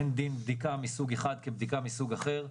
אין דין בדיקה מסוג אחד כבדיקה מסוג אחר,